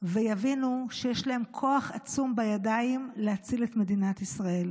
ויבינו שיש להם כוח עצום בידיים להציל את מדינת ישראל.